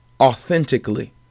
authentically